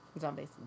zombies